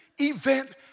event